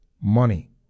Money